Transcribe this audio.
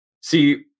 See